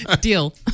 deal